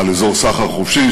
על אזור סחר חופשי,